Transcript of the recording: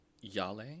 Yale